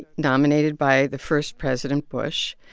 nominated by the first president bush,